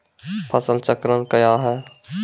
फसल चक्रण कया हैं?